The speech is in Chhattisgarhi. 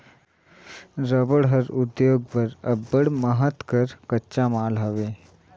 रबड़ हर उद्योग बर अब्बड़ महत कर कच्चा माल हवे